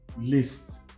list